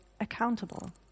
accountable